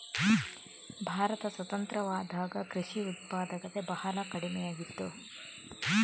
ಭಾರತ ಸ್ವತಂತ್ರವಾದಾಗ ಕೃಷಿ ಉತ್ಪಾದಕತೆ ಬಹಳ ಕಡಿಮೆಯಾಗಿತ್ತು